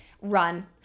run